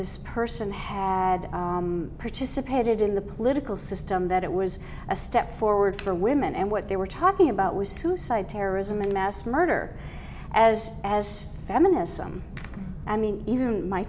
this person had participated in the political system that it was a step forward for women and what they were talking about was suicide terrorism and mass murder as as feminism i mean even my